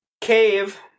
cave